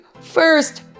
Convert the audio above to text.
first